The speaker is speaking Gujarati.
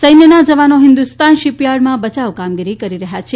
સૈન્યના જવાનો હિન્દુસ્તાન શિપયાર્ડમાં બચાવ કામગીરી કરી રહ્યાં છે